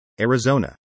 Arizona